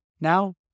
Now